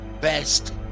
best